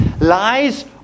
Lies